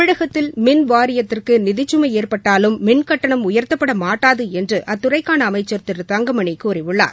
தமிழகத்தில் மின் வாரியத்துக்கு நிதிச்சுமை ஏற்பட்டாலும் மின் கட்டணம் உயர்த்தப்பட மாட்டாது என்று அத்துறைக்கான அமைச்சர் திரு தங்கமணி கூறியுள்ளார்